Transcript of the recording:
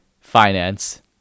finance